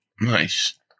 Nice